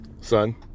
son